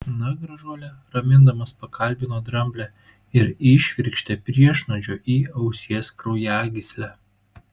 na gražuole ramindamas pakalbino dramblę ir įšvirkštė priešnuodžio į ausies kraujagyslę